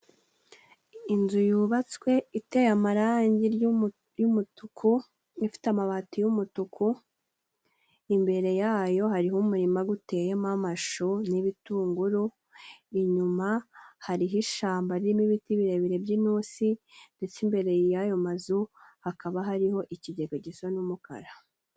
Inzu yubatswe iteye amarangi y'umutuku, ifite amabati y'umutuku, imbere yayo hariho umurima gutemo amashu n'ibitunguru, inyuma hariho ishamba ririmo ibiti birebire by'intusi, ndetse imbere y'ayo mazu hakaba hariho ikigega gisa n'umukara.